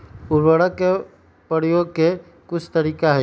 उरवरक के परयोग के कुछ तरीका हई